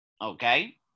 okay